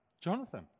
Jonathan